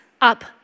Up